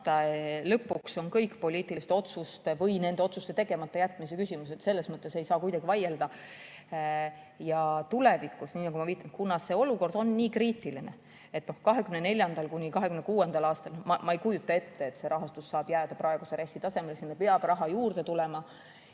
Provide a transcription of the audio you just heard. lõpuks on kõik poliitiliste otsuste või nende otsuste tegematajätmise küsimus, selles mõttes ei saa kuidagi vaielda. Tulevikus, nii nagu ma viitasin, kuna see olukord on nii kriitiline, siis ma ei kujuta ette, et 2024.–2026. aastal see rahastus saab jääda praeguse RES‑i tasemele. Sinna peab raha juurde tulema.